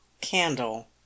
Candle